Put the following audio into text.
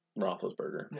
Roethlisberger